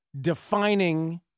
defining